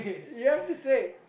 you have to say